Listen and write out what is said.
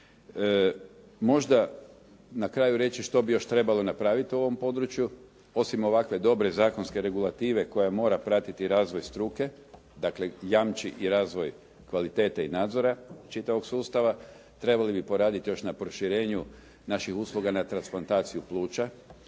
Možda na kraju reći što bi još trebalo napraviti u ovom području, osim ovakve dobre zakonske regulative koja mora pratiti razvoj struke, dakle jamči i razvoj kvalitete i nadzora čitavog sustava. Trebali bi poraditi još na proširenju naših usluga na transplantaciji pluća.